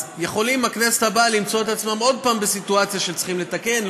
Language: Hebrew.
יכולים בכנסת הבאה למצוא את עצמם עוד פעם בסיטואציה שצריכים לתקן,